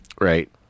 right